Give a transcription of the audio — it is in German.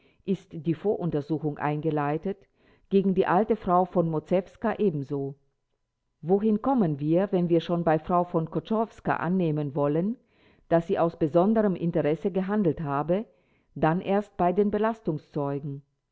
ist die voruntersuchung eingeleitet gegen die alte frau von moszewska ebenso wohin kommen wir wenn wir schon bei frau von koczorowska annehmen wollten daß sie aus besonderem interesse gehandelt habe dann erst bei den belastungszeugen